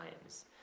times